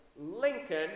Lincoln